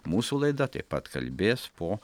mūsų laida taip pat kalbės po